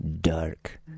Dark